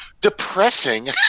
Depressing